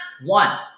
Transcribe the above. one